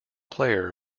player